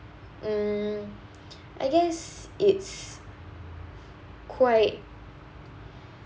mm I guess it's quite